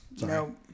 No